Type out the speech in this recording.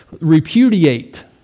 repudiate